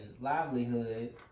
livelihood